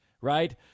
right